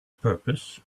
purpose